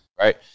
Right